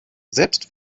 selbst